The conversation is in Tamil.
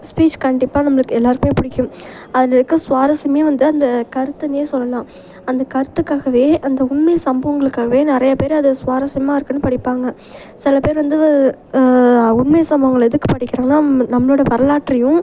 ஸ்பீச் கண்டிப்பாக நம்மளுக்கு எல்லோருக்குமே பிடிக்கும் அதில் இருக்கற சுவாரஸ்யமே வந்து அந்த கருத்துனே சொல்லலாம் அந்த கருத்துக்காகவே அந்த உண்மை சம்பவங்களுக்காகவே நிறையா பேர் அதை சுவாரஸ்யமாக இருக்குதுன்னு படிப்பாங்க சில பேர் வந்து உண்மை சம்பவங்களை எதுக்கு படிக்கிறாங்கன்னால் நம்மளோட வரலாற்றையும்